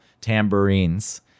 tambourines